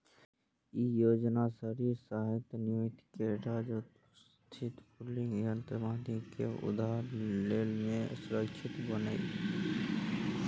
ई योजना शहरी स्थानीय निकाय कें राज्य स्तरीय पूलिंग तंत्रक माध्यम सं उधार लै मे सक्षम बनेतै